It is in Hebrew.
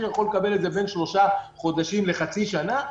יכול לקבל את זה בין שלושה חודשים לחצי שנה,